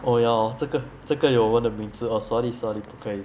oh ya hor 这个这个有我们的名字 oh sorry sorry 不可以